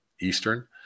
Eastern